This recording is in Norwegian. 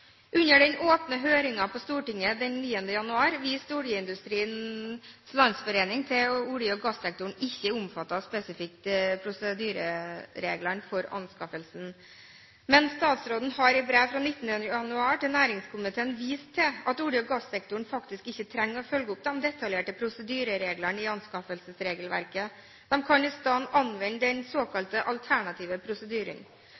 Under den åpne høringen på Stortinget den 9. januar viste Oljeindustriens Landsforening til at olje- og gassektoren ikke er omfattet av spesifikke prosedyreregler for anskaffelser. Men statsråden har i brev av 19. januar til næringskomiteen vist til at olje- og gassektoren faktisk ikke trenger å følge opp de detaljerte prosedyrereglene i anskaffelsesregelverket. De kan i stedet anvende den